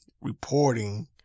reporting